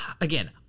again